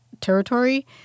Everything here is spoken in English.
territory